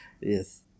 Yes